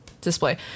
display